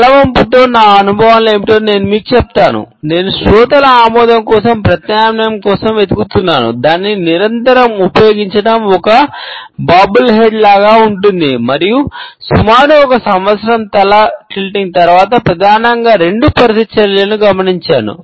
తల వంపుతో నా అనుభవాలు ఏమిటో నేను మీకు చెప్తాను నేను శ్రోతల ఆమోదం కోసం ప్రత్యామ్నాయం కోసం వెతుకుతున్నాను దానిని నిరంతరం ఉపయోగించడం ఒక బాబుల్ హెడ్ లాగా ఉంటుంది మరియు సుమారు ఒక సంవత్సరం తల టిల్టింగ్ తరువాత ప్రధానంగా రెండు ప్రతిచర్యలను గమనించాను